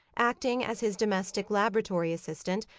acting as his domestic laboratory assistant,